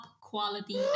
quality